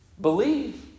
believe